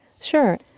Sure